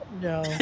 No